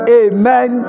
amen